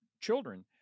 children